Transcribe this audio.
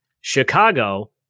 Chicago